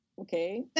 Okay